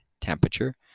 temperature